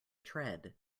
tread